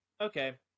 Okay